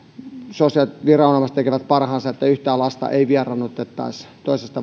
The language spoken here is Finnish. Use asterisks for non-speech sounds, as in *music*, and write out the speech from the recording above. sosiaaliviranomaiset tekevät parhaansa että yhtään lasta ei vieraannutettaisi toisesta *unintelligible*